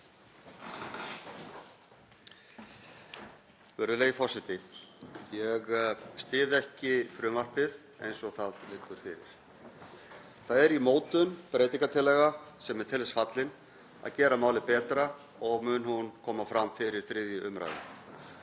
Það er í mótun breytingartillaga sem er til þess fallin að gera málið betra og mun hún koma fram fyrir 3. umræðu.